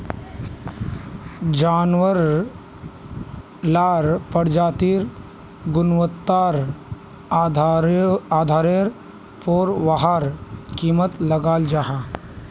जानवार लार प्रजातिर गुन्वात्तार आधारेर पोर वहार कीमत लगाल जाहा